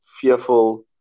fearful